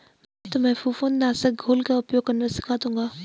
मैं तुम्हें फफूंद नाशक घोल का उपयोग करना सिखा दूंगा